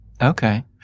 Okay